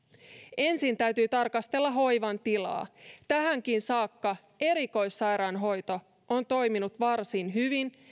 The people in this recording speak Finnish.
ensin täytyy tarkastella hoivan tilaa tähänkin saakka erikoissairaanhoito on toiminut varsin hyvin